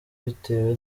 bitewe